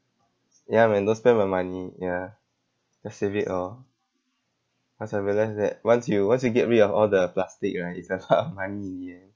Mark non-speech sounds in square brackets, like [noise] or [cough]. ya man don't spend my money ya just save it all cause I realised that once you once you get rid of all the plastic right it's a [laughs] lot of money in the end